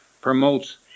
promotes